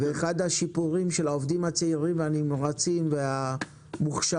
אחד השיפורים של העובדים הצעירים והנמרצים והמוכשרים